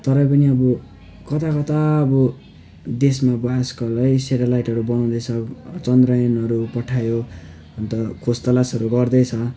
तर पनि अब कता कता अब देशमा हरूलाई सैटेलाइटहरू बनाउँदै छ चन्द्रयानहरू पठायो अन्त खोज तलासहरू गर्दैछ